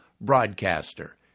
broadcaster